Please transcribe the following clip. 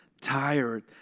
tired